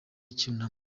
icyunamo